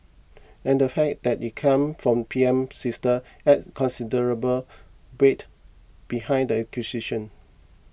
and the fact that it come from PM's sister added considerable weight behind the accusation